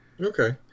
okay